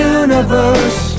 universe